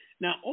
Now